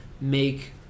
make